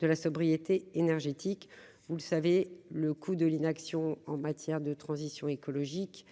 de la sobriété énergétique, vous le savez, le coût de l'inaction en matière de transition écologique